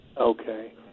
Okay